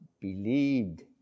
believed